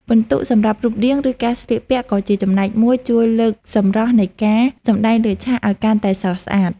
ពិន្ទុសម្រាប់រូបរាង ឬ ការស្លៀកពាក់ក៏ជាចំណែកមួយជួយលើកសម្រស់នៃការសម្ដែងលើឆាកឱ្យកាន់តែស្រស់ស្អាត។